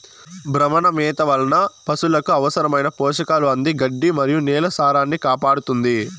భ్రమణ మేత వలన పసులకు అవసరమైన పోషకాలు అంది గడ్డి మరియు నేల సారాన్నికాపాడుతుంది